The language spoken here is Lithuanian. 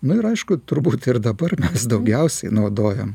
na ir aišku turbūt ir dabar mes daugiausiai naudojam